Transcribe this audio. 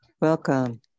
Welcome